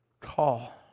call